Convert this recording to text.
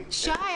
שי,